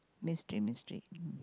mystery mystery